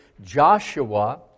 Joshua